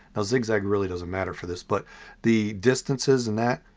ah zig zag realy doesn't matter for this but the distances and that,